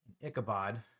Ichabod